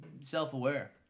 self-aware